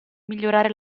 migliorare